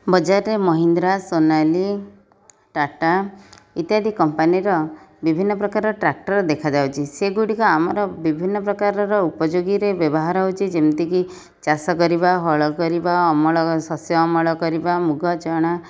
ବଜାରରେ ମହିନ୍ଦ୍ରା ସୋନାଲିକା ଟାଟା ଇତ୍ୟାଦି କମ୍ପାନୀର ବିଭିନ୍ନ ପ୍ରକାର ଟ୍ରାକ୍ଟର ଦେଖାଯାଉଛି ସେଗୁଡ଼ିକ ଆମର ବିଭିନ୍ନ ପ୍ରକାରର ଉପଯୋଗୀରେ ବ୍ୟବହାର ହଉଛି ଯେମିତିକି ଚାଷ କରିବା ହଳ କରିବା ଅମଳ ଶସ୍ୟ ଅମଳ କରିବା ମୁଗ ଚଣା